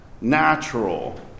natural